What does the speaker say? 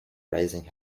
raising